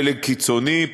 פלג קיצוני,